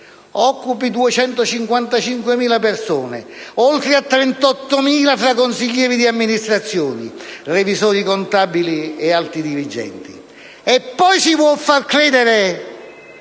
occupi 255.000 persone, oltre a 38.000 fra consiglieri di amministrazione, revisori contabili e alti dirigenti. E poi si vuole far credere